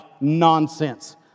nonsense